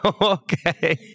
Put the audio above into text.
Okay